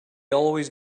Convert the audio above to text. always